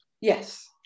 yes